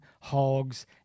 hogs